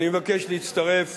אני מבקש להצטרף